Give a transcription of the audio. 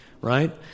Right